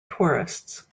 tourists